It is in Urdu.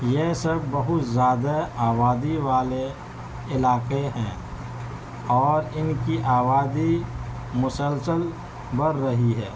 یہ سب بہت زیادہ آبادی والے علاقے ہیں اور ان کی آبادی مسلسل بڑھ رہی ہے